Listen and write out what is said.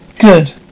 Good